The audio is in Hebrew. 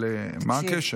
אבל מה הקשר?